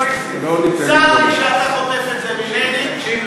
צר לי שאתה חוטף את זה ממני.